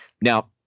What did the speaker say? now